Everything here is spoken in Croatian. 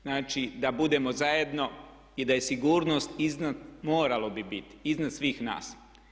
Znači da budemo zajedno i da je sigurnost iznad, moralo bi biti iznad svih nas.